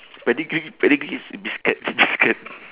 pedigree pedigree is biscuit biscuit